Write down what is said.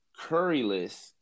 Curryless